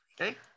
okay